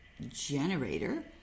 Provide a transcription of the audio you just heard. generator